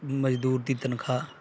ਮਜ਼ਦੂਰ ਦੀ ਤਨਖਾਹ